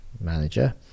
manager